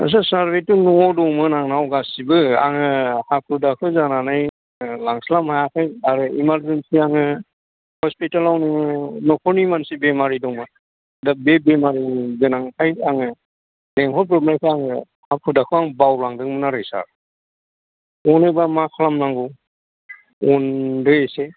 आच्चा सार बेथ' न'आव दंमोन आंनाव गासैबो आङो हाखु दाखु जानानै लांस्लाबनो हायासै बांद्राय इमारजेन्सि आङो हस्पिताल आव न'खरनि मानसि बेमारि दंमोन दा बे बेमारि गोनांखाय आङो लेंहरब्रबनायखाय आङो हाखु दाखु आङो बावलांदोंमोन आरो सार बेयावनो दा मा खालामनांगौ अनदो एसे